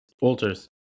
Altars